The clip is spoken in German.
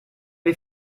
wir